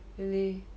really